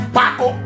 Paco